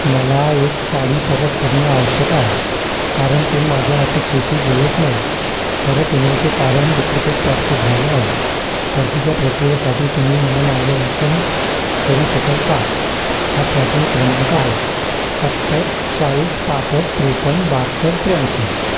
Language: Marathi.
मला एक साडी परत करणे आवश्यक आहे कारण ते माझ्या अपेक्षेशी जुळत नाही परत येण्याचे कारण डुप्लिकेट प्राप्त झाले आहे परतीच्या प्रक्रियेसाठी तुम्ही मला मार्गदर्शन करू शकाल का हा ट्रॅकिंग क्रमांक आहे सत्तर चाळीस पासष्ट त्रेपन्न बहात्तर त्र्याऐंशी